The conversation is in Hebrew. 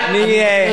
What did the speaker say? אני מבקש,